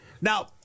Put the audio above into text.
Now